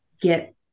get